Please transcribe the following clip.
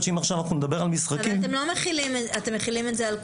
אתם מחילים את זה על כולם?